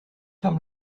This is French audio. ferme